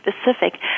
specific